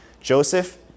Joseph